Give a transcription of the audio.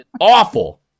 awful